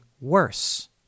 worse